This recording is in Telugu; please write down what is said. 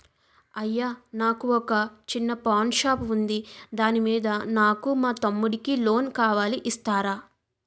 అయ్యా నాకు వొక చిన్న పాన్ షాప్ ఉంది దాని మీద నాకు మా తమ్ముడి కి లోన్ కావాలి ఇస్తారా?